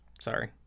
Sorry